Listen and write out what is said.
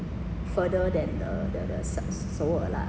further than the than the 首尔 lah